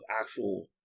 actual